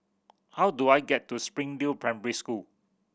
how do I get to Springdale Primary School